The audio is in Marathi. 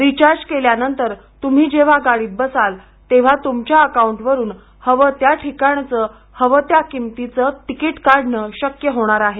रिचार्ज केल्यानंतर तुम्ही जेव्हा गाडीत बसाल तेव्हा तुमच्या अकाउंटवरून हवं त्या ठिकाणचं हव्या त्या किमतीचं तिकीट काढणं शक्य होणार आहे